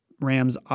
Rams